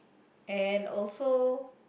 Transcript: and also